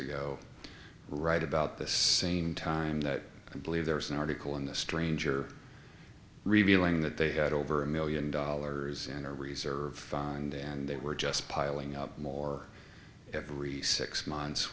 ago right about the same time that i believe there was an article in the stranger revealing that they had over a million dollars in a reserve fund and they were just piling up more every six months